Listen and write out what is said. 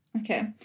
Okay